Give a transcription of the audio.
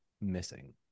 missing